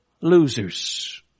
losers